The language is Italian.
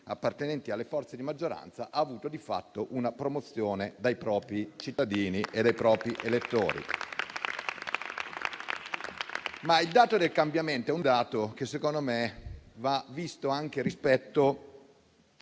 appartenenti alle forze di maggioranza, ha avuto di fatto una promozione dai propri cittadini e dai propri elettori. Ma il dato del cambiamento, secondo me, va visto anche rispetto